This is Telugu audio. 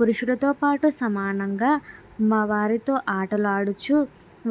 పురుషులతోపాటు సమానంగా మా వారితో ఆటలు ఆడవచ్చు